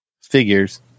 figures